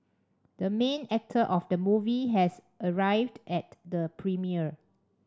the main actor of the movie has arrived at the premiere